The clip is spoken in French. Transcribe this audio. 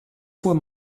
fois